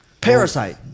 Parasite